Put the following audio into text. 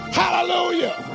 hallelujah